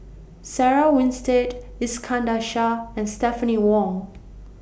Sarah Winstedt Iskandar Shah and Stephanie Wong